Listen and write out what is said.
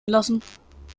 lassen